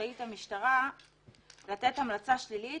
רשאית המשטרה לתת המלצה שלילית